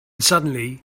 suddenly